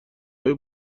های